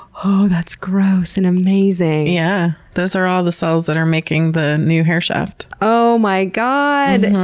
oh, that's gross and amazing. yeah. those are all the cells that are making the new hair shaft. oh my god!